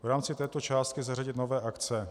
V rámci této částky zařadit nové akce.